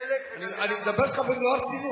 אני מדבר אתך במלוא הרצינות.